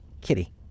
kitty